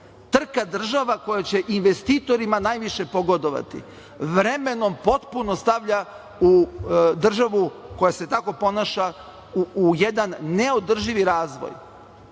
trka država koja će investitorima najviše pogodovati, vremenom potpuno stavlja državu koja se tako ponaša u jedan neodrživi razvoj